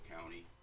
County